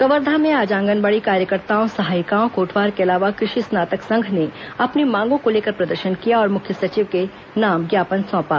कवर्धा में आज आंगनबाड़ी कार्यकर्ताओं सहायिकाओं कोटवार के अलावा कृषि स्नातक संघ ने अपनी मांगों को लेकर प्रदर्शन किया और मुख्य सचिव के नाम ज्ञापन सौंपा